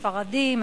ספרדים,